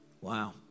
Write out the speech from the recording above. wow